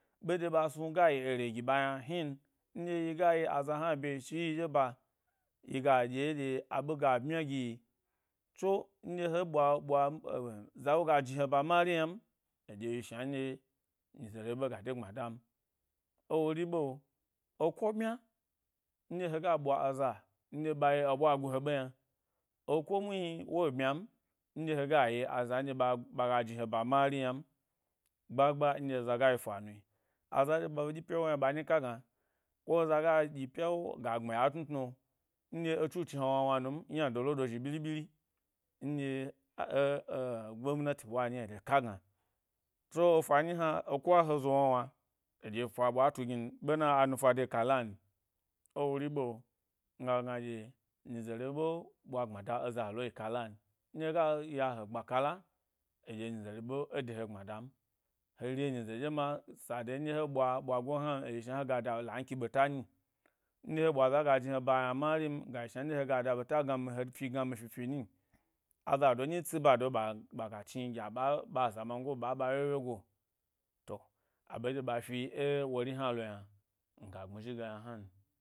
Ɓe ɗye ɓa sni ga yi ere gi ɓa yna hnin, nɗye yiga yi aza hna ɓbyeshi yi ɗye ba yiga ɗye ɗye ɗye aɓe ga ɓmya fiyi, tso nɗye he ɓwa, ɓwa en-za woga jni he ba mari yna m eɗye yi shnan ɗye nyize re ɓe ga de gbma dam. Ewori ɓe, eko bmya nɗye hega ɓwa aza nɗye ɓa yi eɓwa gu he ɓe yna, eko muhni wo bmyam nɗye hega yi aza nɗye ɓa ɓaga jni he ba mari yna m; gbagba nɗye zaga yi fanu, aza ɗye ɓa ɓe ɗye pya wo yna ɓanyi ka gna ko eza ga ɗye pyawo ga gbmi ya ẻ tnu tnu nɗye etsu chni he wna wna num, ynado lo do zhi ɓyiri byiri nɗye, a eh eh gomnati ɓwa eɗye ka gna. Tso efa nyi hna eko a he zo wna wna eɗye efa ɓwa tu gnin ɓe na anufa de kalan, ewori ɓe na anufa de kalan, ewori ɓe miga gna ɗyye yize re ɓe ɓwa gbmada eza wo lo yi kaka n. Nɗye hega ya he gba kala eɗye nyize re ɓe ede he gɓmada n. he re nyize ɗye ma sade nɗye he ɓwa ɓwa go ni hna gayi shna hega da lanki ɓeta nyi, ɗye he ɓwaza ga jni he ba yna marim ga yi shna hega da ɓeta gnami yi fi gnami fi fi nyi, azado nyi tsi bado ɓa, ɓaga chni gya a, ɓa, ɓa aza mango ɓa ɓa wyenye go, to aɓe nɗye fi ewori hnalo yna mi gbmi zhi ge yna hnan.